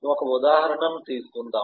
ఒక ఉదాహరణ ను తీసుకుందాం